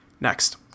Next